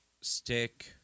stick